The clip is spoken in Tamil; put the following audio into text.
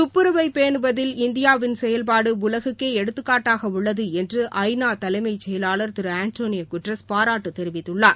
துப்புரவை பேணுவதில் இந்தியாவின் செயல்பாடு உலகுக்கே எடுத்துக்காட்டாக உள்ளது என்ற ஐ நா தலைமைந் செயலாளர் திரு ஆண்டனியோ குட்ரஸ் பாரட்டு தெரிவித்துள்ளார்